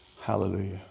Hallelujah